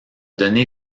donné